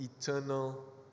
eternal